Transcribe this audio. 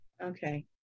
okay